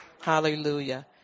Hallelujah